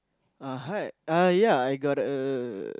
uh hi uh ya I got a